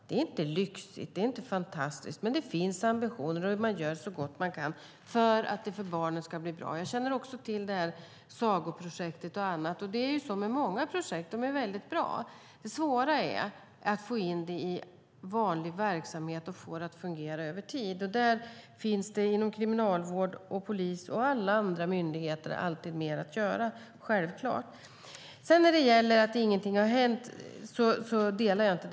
Det är inte lyxigt eller fantastiskt, men det finns ambitioner och de gör så gott de kan för att det ska bli bra för barnen. Jag känner också till sagoprojektet och annat. Många projekt är bra. Det svåra är att få in det i den vanliga verksamheten och att få det att fungera över tid. Där finns det inom kriminalvård, polis och alla andra myndigheter alltid mer att göra. Jag delar inte Hillevi Larssons uppfattning att inget har hänt.